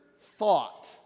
thought